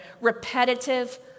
Repetitive